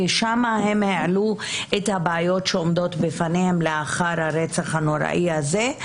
ושם הם העלו את הבעיות שעומדות בפניהם לאחר הרצח הנוראי הזה,